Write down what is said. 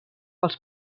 als